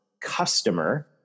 customer